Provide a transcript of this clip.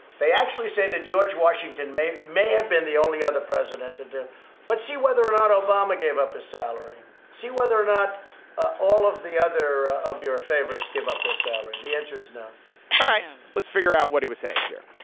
they actually say that george washington may may have been the only other president. and let's see whether or not obama gave up his salary see whether or not ah all of the other of your favorites gave up their salary. the answer is no all right let's figure out what he was saying here.